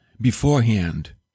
beforehand